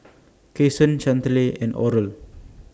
Cason Chantelle and Oral